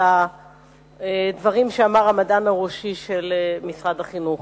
את הדברים שאמר המדען הראשי של משרד החינוך.